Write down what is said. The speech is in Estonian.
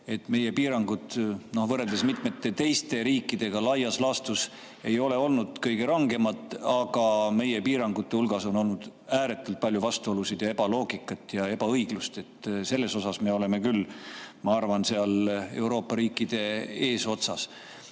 et meie piirangud võrreldes mitmete teiste riikidega laias laastus ei ole olnud kõige rangemad, aga meie piirangute hulgas on olnud ääretult palju vastuolusid, ebaloogikat ja ebaõiglust. Selle poolest me oleme küll, ma arvan, seal Euroopa riikide eesotsas.